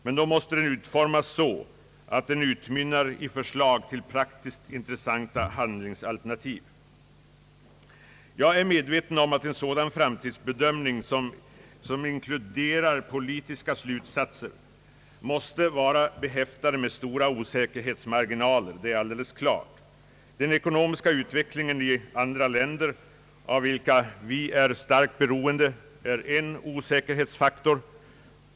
Men den måste då utformas så att den utmynnar i förslag till praktiskt intressanta handlingsalternativ. Jag är medveten om att en sådan framtidsbedömning som inkluderar politiska slutsatser måste vara behäftad med stora osäkerhetsmarginaler. Den ekonomiska utvecklingen i andra länder, av vilka vi är starkt beroende, är en osäkerhetsfaktor.